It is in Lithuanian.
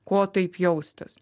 ko taip jaustis